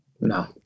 No